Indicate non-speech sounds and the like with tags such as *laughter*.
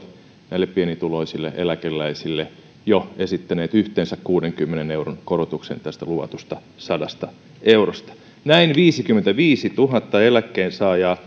näille pienituloisille eläkeläisille jo esittäneet yhteensä kuudenkymmenen euron korotuksen tästä luvatusta sadasta eurosta näin viisikymmentäviisituhatta eläkkeensaajaa *unintelligible*